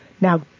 Now